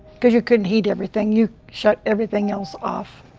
cause you couldn't heat everything. you shut everything else off.